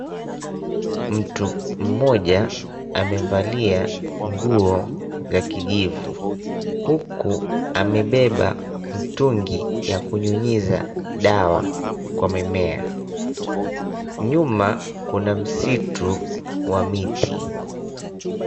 Mtu mmoja amevalia nguo ya kijivu huku amebeba mtungi ya kunyunyiza dawa kwa mimea, nyuma kuna msitu wa miti.